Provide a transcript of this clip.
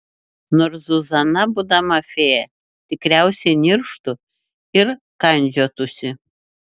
nors zuzana būdama fėja tikriausiai nirštų ir kandžiotųsi